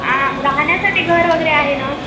आ राहण्यासाठी घर वगैरे आहे ना